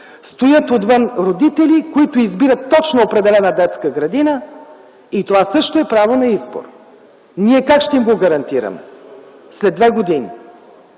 стоят отвън родители, които избират точно определена детска градина и това също е право на избор. Но ние как ще им го гарантираме след две години?